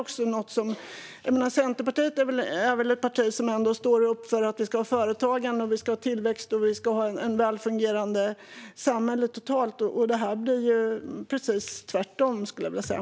Centerpartiet är väl ändå ett parti som står upp för företagande, tillväxt och ett välfungerande samhälle totalt sett? Det här blir ju precis tvärtom, skulle jag vilja säga.